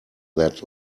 that